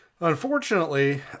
Unfortunately